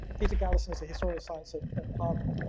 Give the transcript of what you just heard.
peter galison's a historian of science at harvard.